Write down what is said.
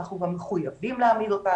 אנחנו גם מחויבים להעמיד אותה,